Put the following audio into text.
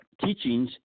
teachings